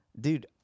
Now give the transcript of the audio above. dude